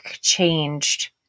changed